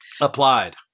Applied